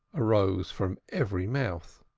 arose from every mouth.